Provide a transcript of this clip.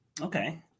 Okay